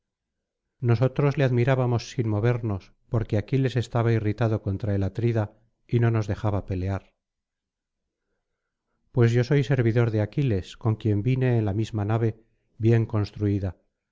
nosotros le admirábamos sin movernos porque aquiles estaba irritado contra el atrida y no nos dejaba pelear pues yo soy servidor de aquiles con quien vine en la misma nave bien construida